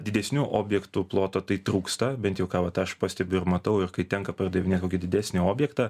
didesnių objektų ploto tai trūksta bent jau ką vat aš pastebiu ir matau ir kai tenka pardavinėt kokį didesnį objektą